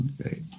okay